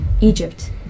Egypt